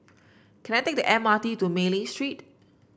can I take the M R T to Mei Ling Street